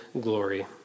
glory